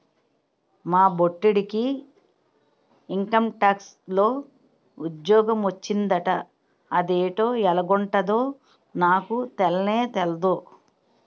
మా బొట్టిడికి ఇంకంటాక్స్ లో ఉజ్జోగ మొచ్చిందట అదేటో ఎలగుంటదో నాకు తెల్నే తెల్దు